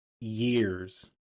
years